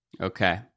Okay